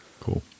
Cool